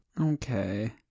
okay